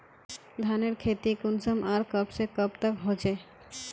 धानेर खेती कुंसम आर कब से कब तक होचे?